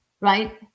right